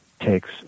takes